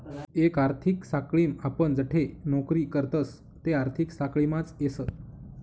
एक आर्थिक साखळीम आपण जठे नौकरी करतस ते आर्थिक साखळीमाच येस